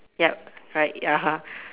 yup right